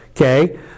Okay